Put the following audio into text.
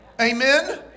Amen